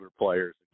players